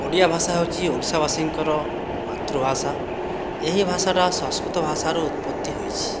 ଓଡ଼ିଆ ଭାଷା ହେଉଛି ଓଡ଼ିଶାବାସୀଙ୍କର ମାତୃଭାଷା ଏହି ଭାଷାଟା ସଂସ୍କୃତ ଭାଷାରୁ ଉତ୍ପତ୍ତି ହୋଇଛି